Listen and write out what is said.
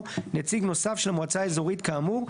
:נציג נוסף של המועצה האזורית כאמור",